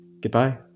goodbye